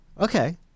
Okay